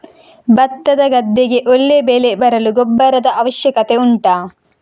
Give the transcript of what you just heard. ಭತ್ತದ ಗದ್ದೆಗೆ ಒಳ್ಳೆ ಬೆಳೆ ಬರಲು ಗೊಬ್ಬರದ ಅವಶ್ಯಕತೆ ಉಂಟಾ